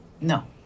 No